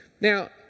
Now